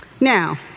Now